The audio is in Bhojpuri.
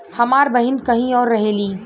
हमार बहिन कहीं और रहेली